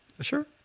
sure